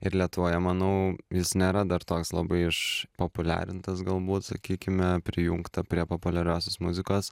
ir lietuvoje manau jis nėra dar toks labai išpopuliarintas galbūt sakykime prijungta prie populiariosios muzikos